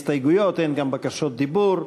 הסתייגויות, אין גם בקשות דיבור.